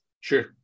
Sure